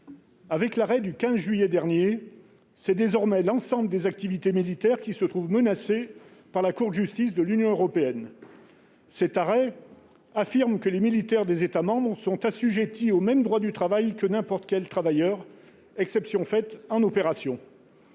Avec l'arrêt du 15 juillet dernier, c'est désormais l'ensemble des activités militaires qui se trouve menacé par la Cour de justice de l'Union européenne. Cet arrêt affirme que les militaires des États membres sont assujettis au même droit du travail que n'importe quel travailleur, exception faite des opérations.